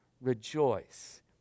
rejoice